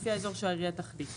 לפי החלוקה שהעירייה תחליט.